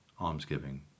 almsgiving